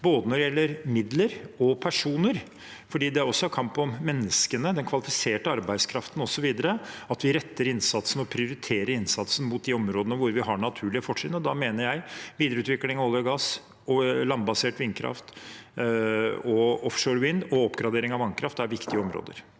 både når det gjelder midler og personer, fordi det også er kamp om menneskene, den kvalifiserte arbeidskraften osv., retter innsatsen og prioriterer innsatsen mot de områdene hvor vi har naturlige fortrinn. Da mener jeg videreutvikling av olje og gass, landbasert vindkraft og offshore vind samt oppgradering av vannkraft er viktige områder.